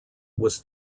was